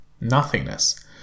nothingness